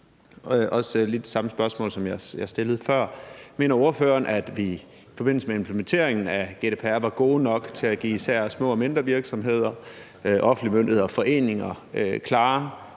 har lidt det samme spørgsmål, som jeg stillede før. Mener ordføreren, at vi i forbindelse med implementeringen af GDPR var gode nok til at give især små og mindre virksomheder, offentlige myndigheder og foreninger klare